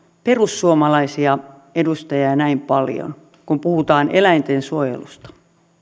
perussuomalaisia edustajia näin paljon kun puhutaan eläinten suojelusta